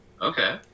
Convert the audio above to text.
Okay